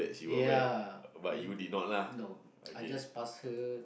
ya and no I just pass her